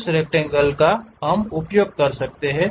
उसी रक्टैंगल का हम उपयोग कर सकते हैं